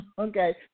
okay